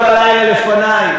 כל הלילה לפני.